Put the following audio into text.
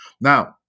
Now